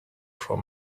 from